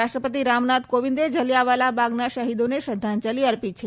રાષ્ટ્રપતિ રામનાથ કોવિંદે જલીયાવાલા બાગના શહીદોને શ્રધ્ધાંજલી અર્પી છે